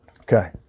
Okay